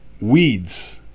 weeds